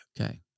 Okay